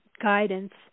guidance